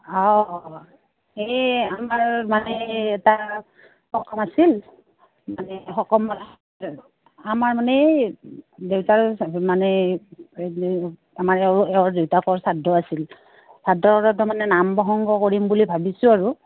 অঁ এই আমাৰ মানে এটা সকাম আছিল মানে সকাম আমাৰ মানে দেউতাৰ মানে আমাৰ এওঁৰ দেউতাকৰ শ্ৰাদ্ধ আছিল শ্ৰাদ্ধতো মানে নাম প্ৰসংগ কৰিম বুলি ভাবিছোঁ আৰু